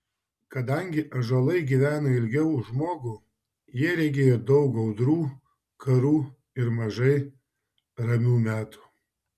kadangi ąžuolai gyveno ilgiau už žmogų jie regėjo daug audrų karų ir mažai ramių metų